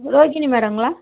Rohini மேடங்களா